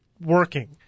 working